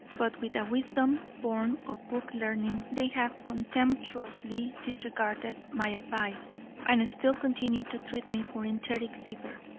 but with a wisdom born of book learning they have contemptuously disregarded my advice and still continue to treat me for enteric fever,